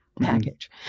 package